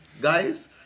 guys